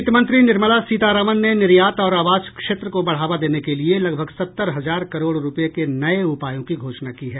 वित्त मंत्री निर्मला सीतारामन ने निर्यात और आवास क्षेत्र को बढ़ावा देने के लिए लगभग सत्तर हजार करोड़ रुपये के नए उपायों की घोषणा की है